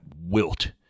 Wilt